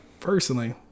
personally